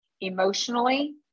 emotionally